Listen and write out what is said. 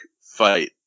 fight